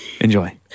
Enjoy